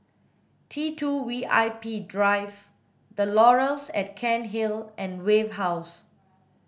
T two V I P Drive The Laurels at Cairnhill and Wave House